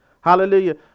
Hallelujah